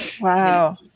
Wow